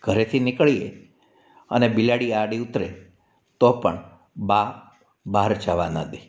ઘરેથી નિકળીએ અને બિલાડી આડી ઉતરે તો પણ બા બહાર જવા ના દે